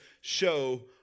show